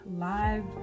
live